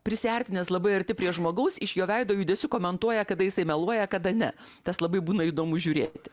prisiartinęs labai arti prie žmogaus iš jo veido judesių komentuoja kada jisai meluoja kada ne tas labai būna įdomu žiūrėti